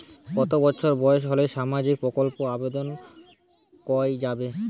কত বছর বয়স হলে সামাজিক প্রকল্পর আবেদন করযাবে?